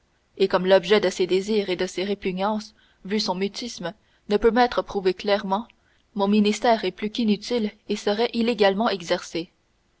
et comme l'objet de ses désirs et de ses répugnances vu son mutisme ne peut m'être prouvé clairement mon ministère est plus qu'inutile et serait illégalement exercé